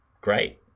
great